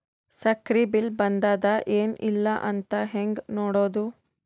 ಸಕ್ರಿ ಬಿಲ್ ಬಂದಾದ ಏನ್ ಇಲ್ಲ ಅಂತ ಹೆಂಗ್ ನೋಡುದು?